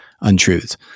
untruths